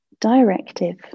directive